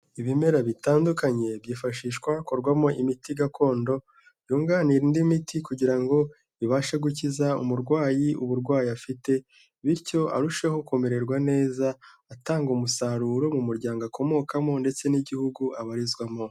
Ibimera bitandukanye, byifashishwa hakorwamo imiti gakondo, yunganira indi miti kugira ngo ibashe gukiza umurwayi uburwayi afite, bityo arusheho kumererwa neza atanga umusaruro mu muryango akomokamo, ndetse n'igihugu abarizwamo.